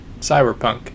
cyberpunk